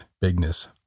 bigness